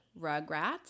Rugrats